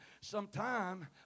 Sometime